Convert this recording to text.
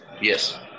Yes